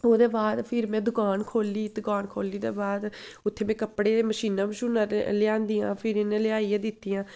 ओह्दे बाद फिर में दकान खोह्ल्ली दकान खोह्ल्ली ते बाद उत्थै में कपड़े मशीनां मशूनां ते लेआंदिआं फिर इ'नें लेआइयै दित्तियां